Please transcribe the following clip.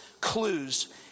clues